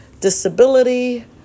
Disability